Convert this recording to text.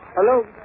Hello